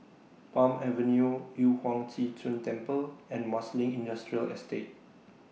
Palm Avenue Yu Huang Zhi Zun Temple and Marsiling Industrial Estate